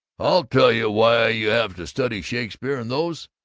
i'll tell you why you have to study shakespeare and those.